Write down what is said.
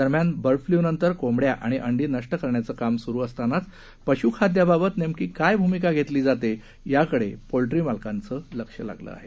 दरम्यान बर्डफ्ल्यूनंतर कोबङ्या आणि अंडी नष्ट करण्याचे काम सुरु असतांनाच पशुखाद्याबाबत नेमकी काय भूमिका घेतली जाते याकडे पोल्ट्री मालकांचे लक्ष लागलं आहे